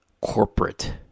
corporate